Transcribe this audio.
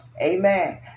Amen